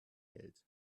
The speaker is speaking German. hält